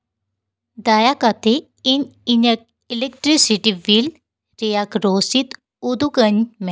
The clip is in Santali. ᱫᱟᱭᱟᱠᱟᱛᱮ ᱤᱧ ᱤᱧᱟᱹᱜ ᱤᱞᱮᱠᱴᱨᱤᱥᱤᱴᱤ ᱵᱤᱞ ᱨᱮᱭᱟᱜᱽ ᱨᱚᱥᱤᱫ ᱩᱫᱩᱜᱟᱹᱧ ᱢᱮ